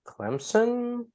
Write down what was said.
Clemson